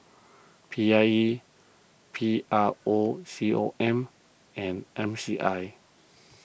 P I E P R O C O M and M C I